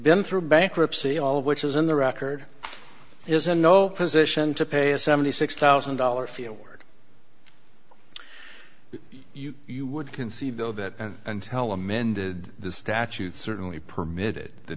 been through bankruptcy all of which is in the record is in no position to pay a seventy six thousand dollars fee award you would concede though that until amended the statute certainly permitted the